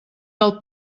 del